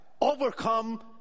overcome